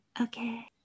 Okay